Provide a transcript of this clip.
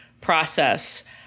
process